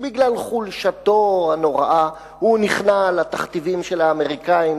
ובגלל חולשתו הנוראה הוא נכנע לתכתיבים של האמריקנים,